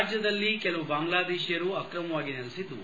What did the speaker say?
ರಾಜ್ಲದಲ್ಲಿ ಕೆಲವು ಬಾಂಗ್ಲಾದೇಶೀಯರು ಅಕ್ರಮವಾಗಿ ನೆಲೆಸಿದ್ದು